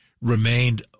remained